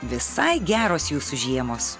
visai geros jūsų žiemos